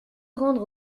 rendre